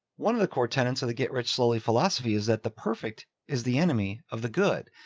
one of the core tenants of the get rich slowly philosophy is that the perfect is the enemy of the good.